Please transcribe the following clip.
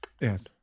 Yes